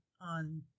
on